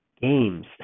games